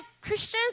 Christians